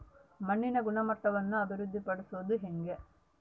ಮಣ್ಣಿನ ಗುಣಮಟ್ಟವನ್ನು ಅಭಿವೃದ್ಧಿ ಪಡಿಸದು ಹೆಂಗೆ?